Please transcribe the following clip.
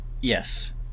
yes